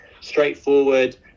straightforward